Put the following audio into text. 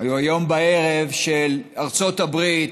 או בערב, של ארצות הברית,